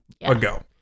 ago